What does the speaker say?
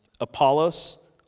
Apollos